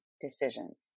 decisions